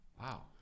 wow